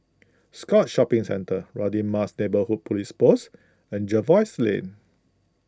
Scotts Shopping Centre Radin Mas Neighbourhood Police Post and Jervois Lane